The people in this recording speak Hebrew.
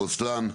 רוסלאן,